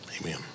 amen